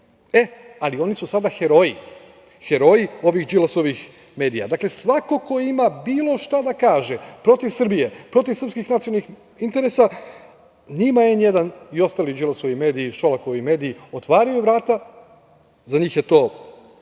oni su sada heroji ovih Đilasovih medija. Dakle, svako ko ima bilo šta da kaže protiv Srbije, protiv srpskih nacionalnih interesa, njima „N1“ i ostali Đilasovi i Šolakovi mediji otvaraju vrata, za njih je to